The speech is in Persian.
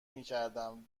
میکردم